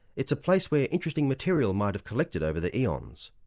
it's a place where interesting material might have collected over the eons.